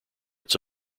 its